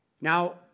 Now